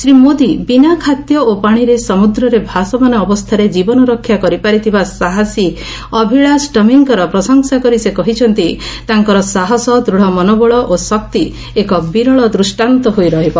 ଶ୍ରୀ ମୋଦି ବିନା ଖାଦ୍ୟ ଓ ପାଣିରେ ସମୁଦ୍ରରେ ଭାସମାନ ଅବସ୍ଥାରେ ଜୀବନ ରକ୍ଷା କରିପାରିଥିବା ସାହସୀ ଅଭିଳାଷ ଟମିଙ୍କର ପ୍ରଶଂସା କରି ସେ କହିଛନ୍ତି ତାଙ୍କର ସାହସ ଦୂଢ଼ ମନୋବଳ ଓ ଶକ୍ତି ଏକ ବିରଳ ଦୃଷ୍ଟାନ୍ତ ହୋଇ ରହିବ